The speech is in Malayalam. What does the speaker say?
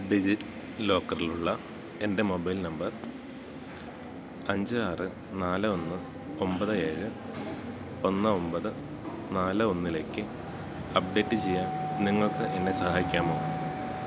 ഡിജിലോക്കറിലുള്ള എൻ്റെ മൊബൈൽ നമ്പർ അഞ്ച് ആറ് നാല് ഒന്ന് ഒമ്പത് ഏഴ് ഒന്ന് ഒമ്പത് നാല് ഒന്നിലേക്ക് അപ്ഡേറ്റ് ചെയ്യാൻ നിങ്ങൾക്ക് എന്നെ സഹായിക്കാമോ